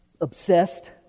obsessed